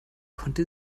konnte